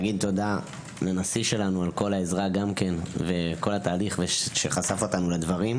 תודה לנשיא שלנו על כל העזרה והתהליך ושחשף אותנו לדברים,